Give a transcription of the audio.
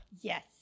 Yes